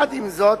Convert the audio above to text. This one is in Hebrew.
עם זאת,